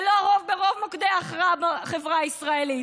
ולא הרוב ברוב מוקדי ההכרעה בחברה הישראלית,